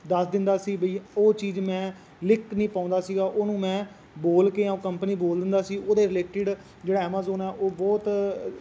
ਦੱਸ ਦਿੰਦਾ ਸੀ ਵੀ ਉਹ ਚੀਜ਼ ਮੈਂ ਲਿਖ ਨਹੀਂ ਪਾਉਂਦਾ ਸੀਗਾ ਉਹਨੂੰ ਮੈਂ ਬੋਲ ਕੇ ਜਾਂ ਕੰਪਨੀ ਬੋਲ ਦਿੰਦਾ ਸੀ ਉਹਦੇ ਰਿਲੇਟਿਡ ਜਿਹੜਾ ਐਮਾਜੋਨ ਆ ਉਹ ਬਹੁਤ